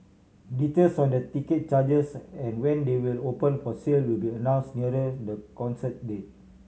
details on the ticket charges and when they will open for sale will be announced nearer the concert date